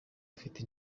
afite